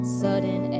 sudden